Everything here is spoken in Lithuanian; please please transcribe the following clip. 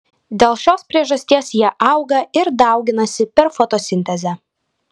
dėl šios priežasties jie auga ir dauginasi per fotosintezę